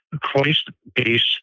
Christ-based